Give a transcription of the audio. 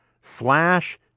slash